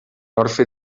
orfe